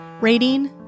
Rating